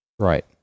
Right